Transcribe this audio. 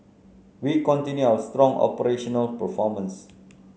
we continue our strong operational performance